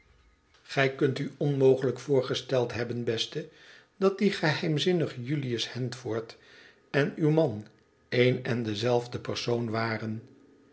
gij kunt u onmogelijk voorgesteld hebben beste dat die geheimzinnige julius handford en uw man een en dezelfde persoon waren